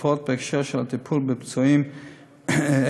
נוספות בהקשר של הטיפול בפצועים אלה.